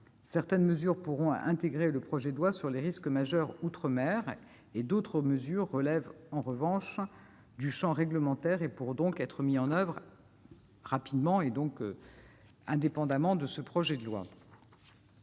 Certaines mesures pourront intégrer le projet de loi sur les risques majeurs outre-mer. D'autres relèvent, en revanche, du champ réglementaire. Elles pourront donc être mises en oeuvre rapidement et indépendamment de ce projet de loi.